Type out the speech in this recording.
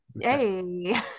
Hey